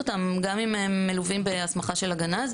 וגם מבחינת הצדק ההיסטורי,